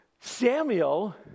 Samuel